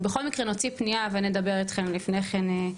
בכל מקרה, נוציא פנייה ונדבר איתכם לפני כן.